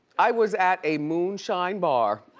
i was at a moonshine bar